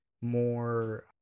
more